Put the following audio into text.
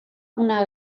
una